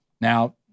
Now